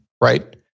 right